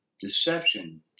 deception